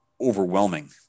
overwhelming